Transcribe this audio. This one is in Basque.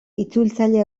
itzultzaile